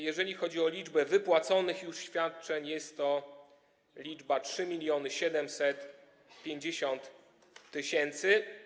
Jeżeli chodzi o liczbę wypłaconych już świadczeń, jest to liczba 3750 tys.